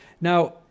Now